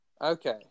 Okay